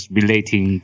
relating